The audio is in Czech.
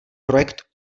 projekt